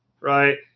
right